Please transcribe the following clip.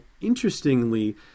interestingly